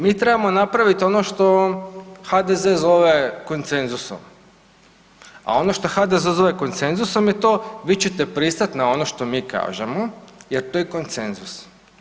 Mi trebamo napravit ono što HDZ zove konsenzusom, a ono što HDZ zove konsenzusom je to vi ćete pristat na ono što mi kažemo jer to je konsenzus.